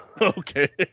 Okay